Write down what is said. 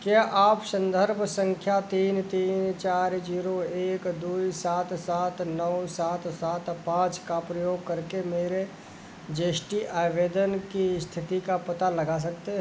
क्या आप संदर्भ संख्या तीन तीन चार जीरो एक दो सात सात नौ सात पाँच का प्रयोग करके मेरे जी एस टी आवेदन की स्थिति का पता लगा सकते हैं